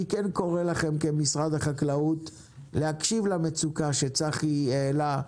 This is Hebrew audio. אני כן קורא לכם כמשרד החקלאות להקשיב למצוקה שצחי העלה,